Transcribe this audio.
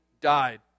died